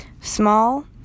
small